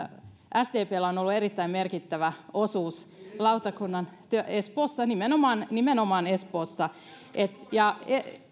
sdpllä on on ollut erittäin merkittävä osuus lautakunnan espoossa nimenomaan nimenomaan espoossa ja